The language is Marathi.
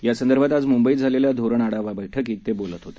यासंदर्भात आज म्ंबईत झालेल्या धोरण आढावा बैठकीत ते बोलत होते